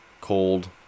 Cold